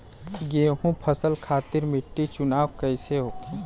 गेंहू फसल खातिर मिट्टी चुनाव कईसे होखे?